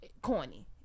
corny